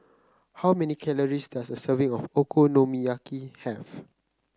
how many calories does a serving of Okonomiyaki have